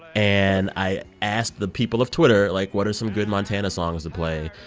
and i asked the people of twitter, like, what are some good montana songs to play?